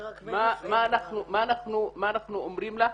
מה אנחנו אומרים לה?